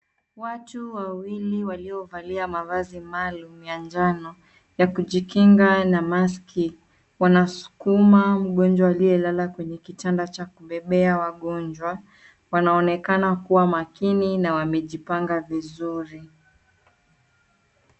Watu Wawili waliovalia mavazi maalum ya njano ya kujikinga na maski wanasukuma mgonjwa aliye lala kwenye kitanda cha kubebea wagonjwa. Wanaonekana kuwa makini na wamejipanga vizuri.